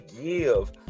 give